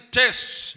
tests